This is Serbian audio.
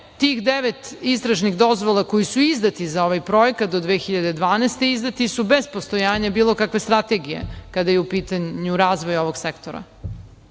tih devet istražnih dozvola koje su izdate za ovaj projekat do 2012. godine, izdati su bez postojanja bilo kakve strategije kada je u pitanju razvoj ovog sektora. Znači,